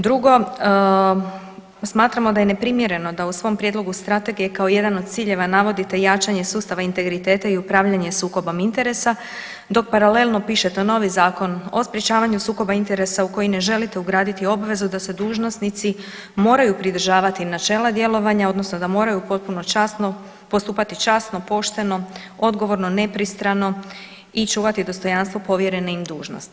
Drugo, smatramo da je neprimjereno da u svom prijedlogu strategije kao jedan od ciljeva navodite jačanje sustava integriteta i upravljanje sukobom interesa dok paralelno pišete novi Zakon o sprečavanju sukoba interesa u koji ne želite ugraditi obvezu da se dužnosnici moraju pridržavati načela djelovanja odnosno da moraju potpuno časno postupati časno, pošteno, odgovorno, nepristrano i čuvati dostojanstvo povjerene im dužnosti.